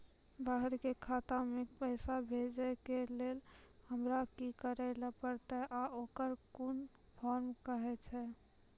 बाहर के खाता मे पैसा भेजै के लेल हमरा की करै ला परतै आ ओकरा कुन फॉर्म कहैय छै?